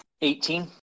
Eighteen